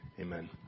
Amen